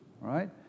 right